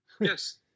Yes